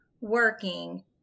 working